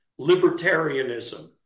libertarianism